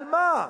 על מה?